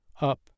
Up